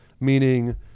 meaning